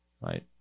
right